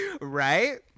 right